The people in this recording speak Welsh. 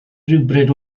rhywbryd